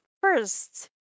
first